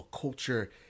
culture